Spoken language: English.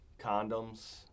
condoms